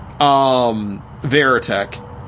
Veritech